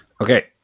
Okay